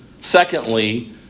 Secondly